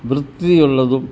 വൃത്തിയുള്ളതും